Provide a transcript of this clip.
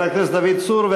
חבר הכנסת דוד צור.